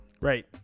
Right